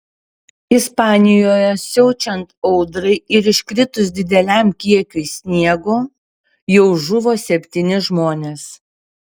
ispanijoje siaučiant audrai ir iškritus dideliam kiekiui sniego jau žuvo septyni žmonės